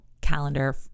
calendar